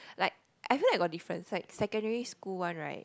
like I feel like I got difference like secondary school one right